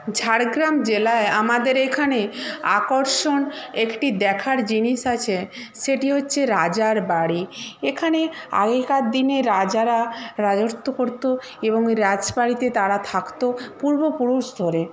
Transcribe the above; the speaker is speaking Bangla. ঝাড়গ্রাম জেলায় আমাদের এইখানে আকর্ষণ একটি দেখার জিনিস আছে সেটি হচ্ছে রাজার বাড়ি এখানে আগেকার দিনে রাজারা রাজত্ব করতো এবং এই রাজবাড়িতে তারা থাকতো পূর্বপুরুষ ধরে